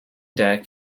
deck